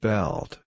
Belt